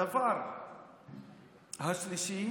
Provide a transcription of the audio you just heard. הדבר השלישי